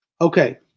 Okay